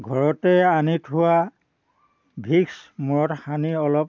ঘৰতে আনি থোৱা ভিক্স মূৰত সানি অলপ